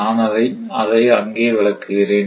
நான் அங்கே அதை விளக்குகிறேன்